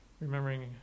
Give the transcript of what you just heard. remembering